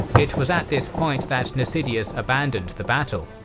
it was at this point that nasidius abandoned the battle,